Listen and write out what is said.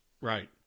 right